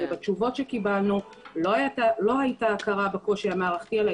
בתשובות שקיבלנו לא היתה הכרה בקושי המערכתי אלא